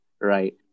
right